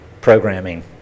programming